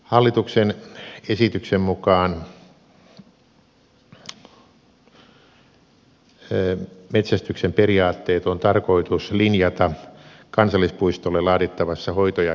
hallituksen esityksen mukaan metsästyksen periaatteet on tarkoitus linjata kansallispuistolle laadittavassa hoito ja käyttösuunnitelmassa